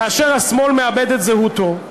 כאשר השמאל מאבד את זהותו,